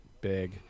big